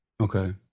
Okay